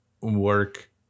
work